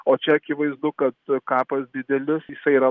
o čia akivaizdu kad kapas didelis jisai yra